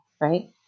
right